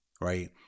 Right